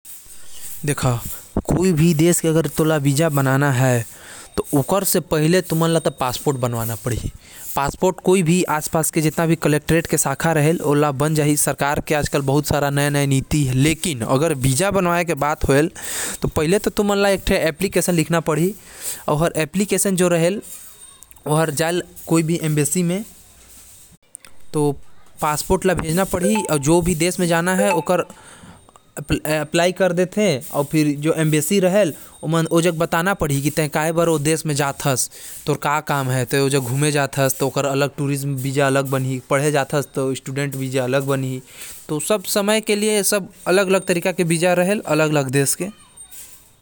पहिले तो तोके पासपोर्ट बनवाना पड़ही कलेक्टरेट शाखा म ओकर बाद तै वीसा बर अप्लाई कर सकत हस। लेकिन पहिले तोके एक ठे एप्लीकेशन लिखना पढ़ी जो हर एम्बेसी म जाहि। ओकर बाद तोके अपन वीसा मिल जाहि।